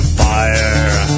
fire